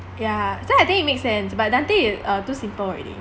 ya so I think it makes sense but dante is err too simple already